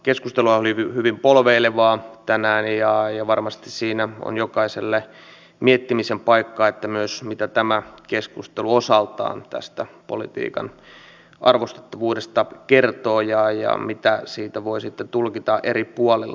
keskusteluhan oli hyvin polveilevaa tänään ja varmasti siinä on jokaiselle miettimisen paikka myös mitä tämä keskustelu osaltaan tästä politiikan arvostettavuudesta kertoo ja mitä siitä voi sitten tulkita eri puolilla